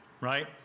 right